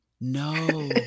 No